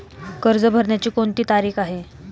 कर्ज भरण्याची कोणती तारीख आहे?